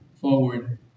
forward